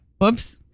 whoops